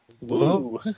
Woo